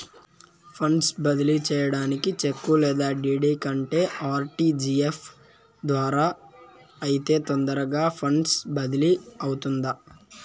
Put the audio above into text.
funds బదిలీ సేయడానికి cheque లేదా డీ.డీ కంటే ఆర్.టి.జి.ఎస్ ద్వారా అయితే తొందరగా ఫండ్స్ బదిలీ అవుతుందా